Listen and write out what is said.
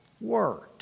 word